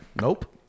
Nope